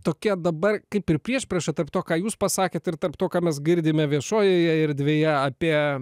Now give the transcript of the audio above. tokia dabar kaip ir priešprieša tarp to ką jūs pasakėt ir tarp to ką mes girdime viešojoje erdvėje apie